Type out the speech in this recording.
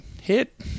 hit